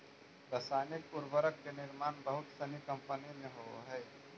रसायनिक उर्वरक के निर्माण बहुत सनी कम्पनी में होवऽ हई